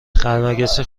خرمگسی